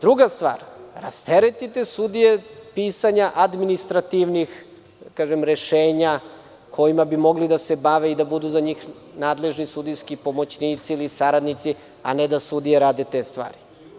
Druga stvar, rasteretite sudije pisanja administrativnih rešenja kojima bi mogli da se bave i da budu za njih nadležni sudijski pomoćnici ili saradnici, a ne da sudije rade te stvari.